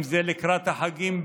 אם זה לקראת החגים,